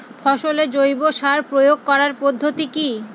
ফসলে জৈব সার প্রয়োগ করার পদ্ধতি কি?